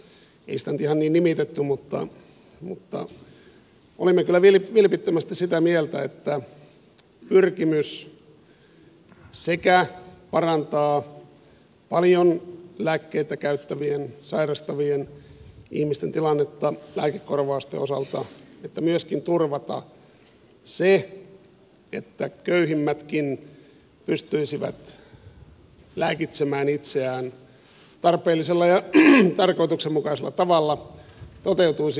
ei sitä nyt ihan niin nimitetty mutta olimme kyllä vilpittömästi sitä mieltä että pyrkimys sekä parantaa paljon lääkkeitä käyttävien sairastavien ihmisten tilannetta lääkekorvausten osalta että myöskin turvata se että köyhimmätkin pystyisivät lääkitsemään itseään tarpeellisella ja tarkoituksenmukaisella tavalla toteutuisi